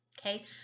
Okay